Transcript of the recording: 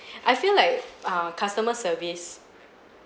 I feel like err customer service